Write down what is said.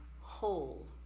whole